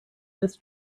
this